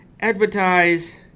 advertise –